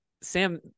Sam